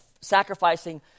sacrificing